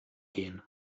gehen